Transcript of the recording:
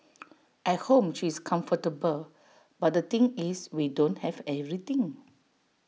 at home she's comfortable but the thing is we don't have everything